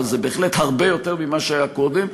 אבל זה בהחלט הרבה יותר ממה שהיה קודם.